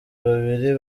babiri